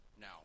now